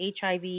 HIV